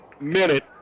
Minute